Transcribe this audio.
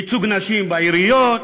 ייצוג נשים בעיריות,